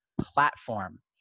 platform